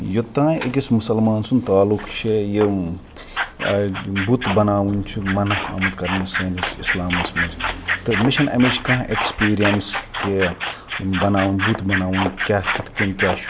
یوٚتانۍ أکِس مُسلمان سُنٛد تعلق چھِ یِم یِم بُت بَناوُن چھُ منع آمُت کَرنہٕ سٲنِس اِسلامَس منٛز تہٕ مےٚ چھَنہٕ اَمِچ کانٛہہ ایٚکٕسپیٖریَنٕس کہِ یِم بَناوُن بُت بَناوُن کیٛاہ کِتھ کٔنۍ کیٛاہ چھُ